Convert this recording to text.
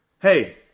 Hey